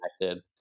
connected